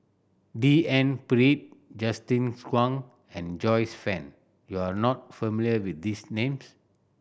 D N Pritt Justin Zhuang and Joyce Fan you are not familiar with these names